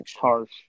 harsh